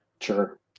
Sure